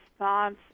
response